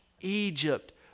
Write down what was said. Egypt